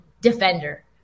defender